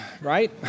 right